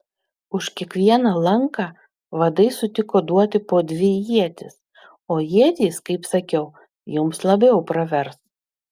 už kiekvieną lanką vadai sutiko duoti po dvi ietis o ietys kaip sakiau jums labiau pravers